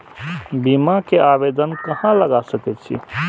बीमा के आवेदन कहाँ लगा सके छी?